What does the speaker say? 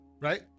right